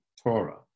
torah